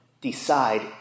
decide